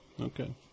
Okay